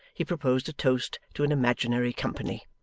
he proposed a toast to an imaginary company.